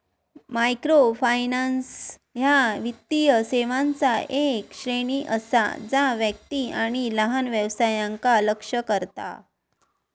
microfinance ह्या वित्तीय सेवांचा येक श्रेणी असा जा व्यक्ती आणि लहान व्यवसायांका लक्ष्य करता